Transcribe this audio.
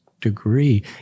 degree